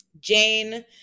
Jane